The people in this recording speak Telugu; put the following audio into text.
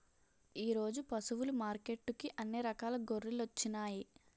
ఈరోజు పశువులు మార్కెట్టుకి అన్ని రకాల గొర్రెలొచ్చినాయ్